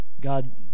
God